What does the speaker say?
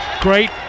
great